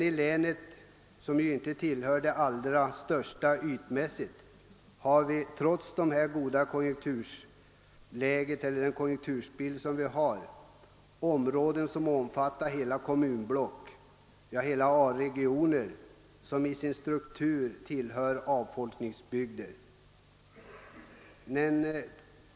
I länet, som ytmässigt inte tillhör de allra största, har vi trots den goda konjunkturbilden områden, omfattande hela kommunblock, ja, hela A-regioner, som till sin struktur är avfolkningsbygder.